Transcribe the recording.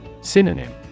Synonym